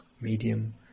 medium